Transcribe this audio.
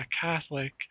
Catholic